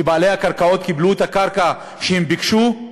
שבעלי הקרקעות קיבלו את הקרקע שהם ביקשו?